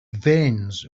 veins